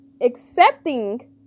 accepting